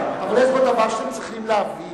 אבל יש פה דבר שאתם צריכים להבין.